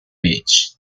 beach